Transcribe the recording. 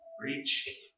Reach